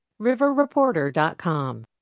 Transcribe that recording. riverreporter.com